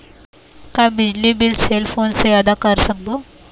का बिजली bill cell phone से आदा कर सकबो?